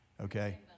Okay